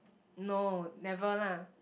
no never lah